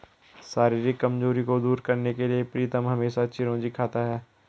शारीरिक कमजोरी को दूर करने के लिए प्रीतम हमेशा चिरौंजी खाता है